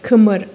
खोमोर